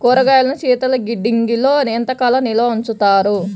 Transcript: కూరగాయలను శీతలగిడ్డంగిలో ఎంత కాలం నిల్వ ఉంచుతారు?